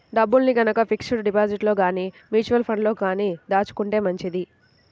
డబ్బుల్ని గనక ఫిక్స్డ్ డిపాజిట్లలో గానీ, మ్యూచువల్ ఫండ్లలో గానీ దాచుకుంటే మంచిది